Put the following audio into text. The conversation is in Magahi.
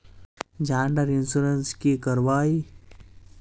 जान डार इंश्योरेंस की करवा ई?